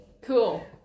Cool